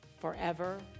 forever